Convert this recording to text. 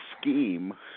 scheme